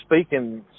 speaking